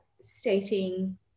stating